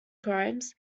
crimes